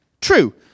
true